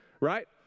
right